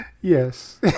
yes